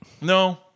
No